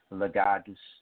legados